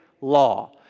law